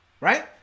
right